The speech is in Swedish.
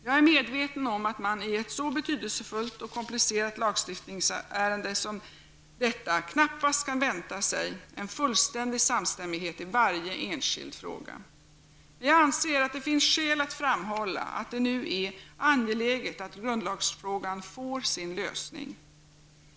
Jag är medveten om att man i ett så betydelsefullt och komplicerat lagstiftningsärende som detta knappast kan vänta sig en fullständig samstämmighet i varje enskild fråga. Men jag anser att det finns skäl att framhålla att det nu är angeläget att grundlagsfrågan får sin lösning.